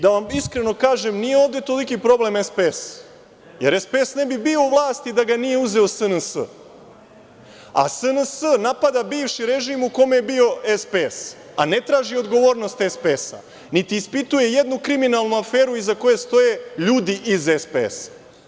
Da vam iskreno kažem, nije ovde toliki problem SPS; jer SPS ne bi bio u vlasti da ga nije uzeo SNS, a SNS napada bivši režim u kome je bio SPS, a ne traži odgovornost SPS niti ispituje ni jednu kriminalnu aferu iza koje stoje ljudi iz SPS.